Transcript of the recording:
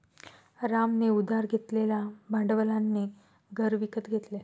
रामने उधार घेतलेल्या भांडवलाने घर विकत घेतले